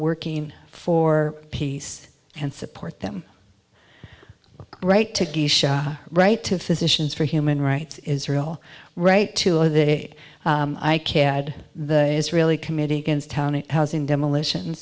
working for peace and support them right to right to physicians for human rights israel right to or the i care i had the israeli committee against town it housing demolition